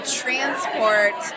transport